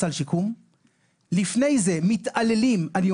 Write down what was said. מצד שני, החסר בכוח אדם בשירותים עצמם.